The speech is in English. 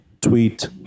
tweet